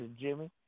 Jimmy